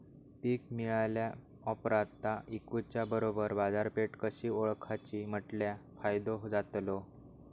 पीक मिळाल्या ऑप्रात ता इकुच्या बरोबर बाजारपेठ कशी ओळखाची म्हटल्या फायदो जातलो?